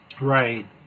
Right